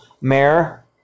mayor